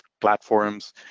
platforms